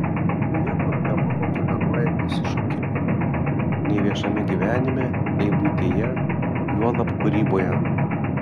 niekur nebuvo toleruojami išsišokimai nei viešame gyvenime nei buityje juolab kūryboje